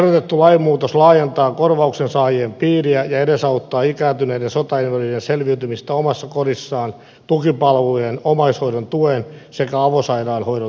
ehdotettu lainmuutos laajentaa korvauksen saajien piiriä ja edesauttaa ikääntyneiden sotainvalidien selviytymistä omassa kodissaan tukipalvelujen omaishoidon tuen sekä avosairaanhoidon turvin